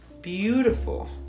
beautiful